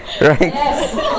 right